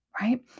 Right